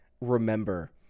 remember